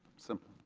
simple.